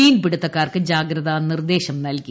മീൻപിടുത്തക്കാർക്ക് ജാഗ്രതാ നിർദ്ദേശം നൽകി